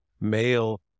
male